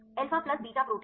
alpha plus beta protein